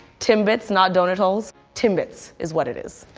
timbits, not donut-als, timbits is what it is.